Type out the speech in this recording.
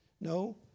No